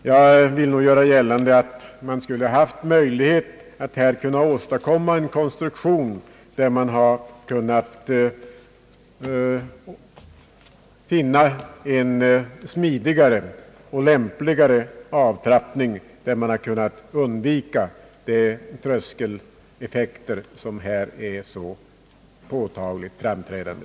Jag vill nog göra gällande att det borde ha varit möjligt att åstadkomma en konstruktion som inneburit en smidigare och lämp ligare avtrappning så att de tröskeleffekter hade kunnat undvikas som här är så påtagligt framträdande.